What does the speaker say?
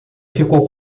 ficou